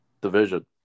division